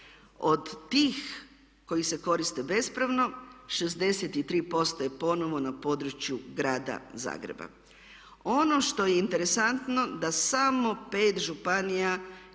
Od tih koji se koriste bespravno 63% je ponovno na području grada Zagreba. Ono što je interesantno da samo 5 županija